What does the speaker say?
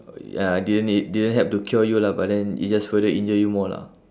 ah didn't y~ didn't help to cure you lah but then it just further injured you more lah